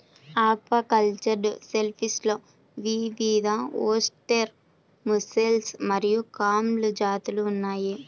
aquacultured షెల్ఫిష్లో వివిధఓస్టెర్, mussel మరియు క్లామ్ జాతులు ఉన్నాయి